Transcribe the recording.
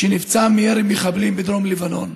שנפצע מירי מחבלים בדרום לבנון.